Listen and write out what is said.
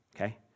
Okay